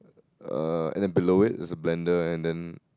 uh and then below it there's a blender and then